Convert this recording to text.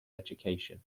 education